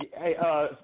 Hey